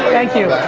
thank you,